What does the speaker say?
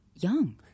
young